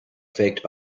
faked